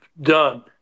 done